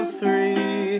three